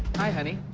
hi honey.